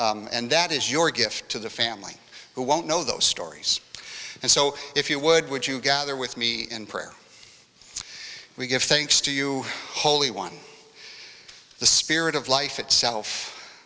and that is your gift to the family who won't know those stories and so if you would would you gather with me in prayer we give thanks to you holy one the spirit of life itself